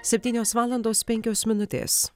septynios valandos penkios minutės